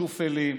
שופלים,